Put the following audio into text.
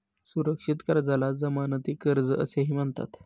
सुरक्षित कर्जाला जमानती कर्ज असेही म्हणतात